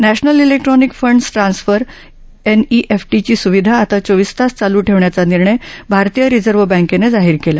नध्यातल electronic funds transfer एनईएफटीची सुविधा आता चोवीस तास चालू ठेवण्याचा निर्णय भारतीय रिजव्ह बँकेनं जाहीर केला